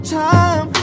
time